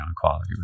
quality